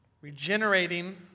regenerating